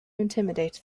intimidate